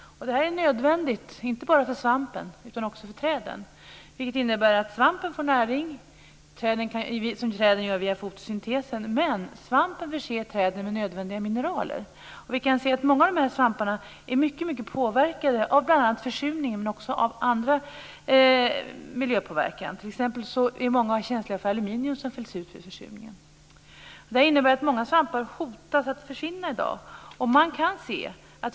Det är nödvändigt inte bara för svampen utan också för träden. Det innebär att svampen får näring. Träden får sin näring via fotosyntesen, men svampen förser träden med nödvändiga mineraler. Många av svamparna är mycket påverkade av bl.a. försurningen men också av annan miljöpåverkan. T.ex. är många känsliga för aluminium som fälls ut vid försurningen. Det innebär att många svampar hotas att försvinna i dag.